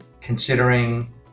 considering